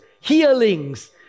healings